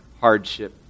hardship